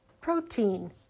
protein